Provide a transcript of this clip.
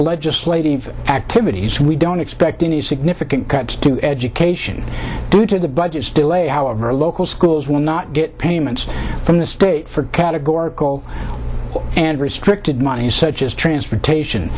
legislative activities we don't expect any significant cuts to education due to the budgets delay however local schools will not get payments from the state for categorical and restricted money such as transportation